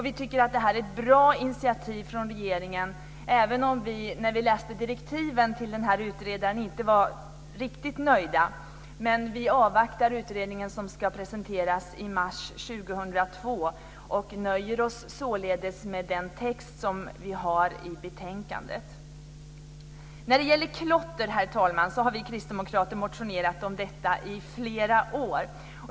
Vi tycker att det här är ett bra initiativ från regeringen, även om vi inte var riktigt nöjda med direktiven till utredaren. Men vi avvaktar utredningens förslag som ska presenteras i mars 2002 och nöjer oss således med den text som finns i betänkandet. Herr talman! Vi kristdemokrater har motionerat om klotter i flera år.